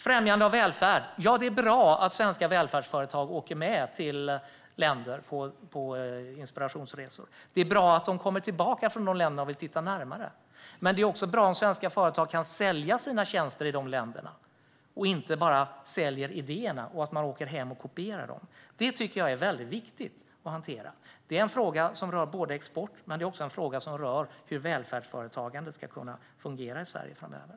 Främjande av välfärd - ja, det är bra att svenska välfärdsföretag åker med till länder på inspirationsresor. Det är bra att de kommer tillbaka från dessa länder och vill titta närmare på dem. Men det är också bra om svenska företag kan sälja sina tjänster i de länderna, att man inte bara säljer idéerna och åker hem och kopierar dem. Det tycker jag är viktigt att hantera. Det är en fråga som rör både export och hur välfärdsföretagandet ska kunna fungera i Sverige framöver.